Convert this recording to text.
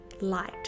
light